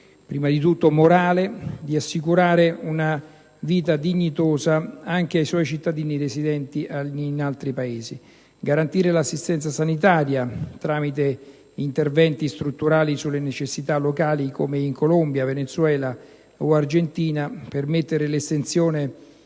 prima di tutto morale, di assicurare una vita dignitosa anche ai suoi cittadini residenti in altri Paesi. Garantire l'assistenza sanitaria, tramite interventi strutturali sulle necessità locali come in Colombia, Venezuela o Argentina; permettere 1'estensione